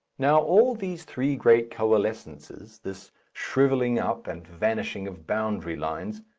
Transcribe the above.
now, all these three great coalescences, this shrivelling up and vanishing of boundary lines,